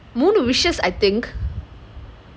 மூணு:moonu wishes I think